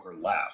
laugh